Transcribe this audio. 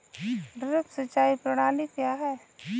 Drip सिंचाई प्रणाली क्या है?